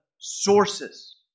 sources